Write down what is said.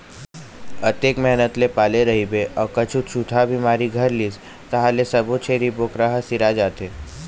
अतेक मेहनत ल पाले रहिबे अउ कहूँ छूतहा बिमारी धर लिस तहाँ ले सब्बो छेरी बोकरा ह सिरा जाथे